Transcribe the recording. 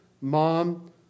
mom